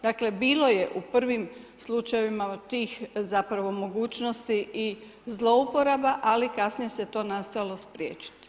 Dakle, bilo je u prvim slučajevima, zapravo mogućnosti i zlouporaba, ali kasnije se to nastojalo spriječiti.